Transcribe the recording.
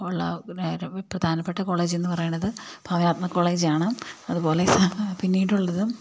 ഉള്ള പ്രധാനപ്പെട്ട കോളേജെന്ന് പറയുന്നത് പരാത്മ കോളേജാണ് അതുപോലെ പിന്നീടുള്ളതും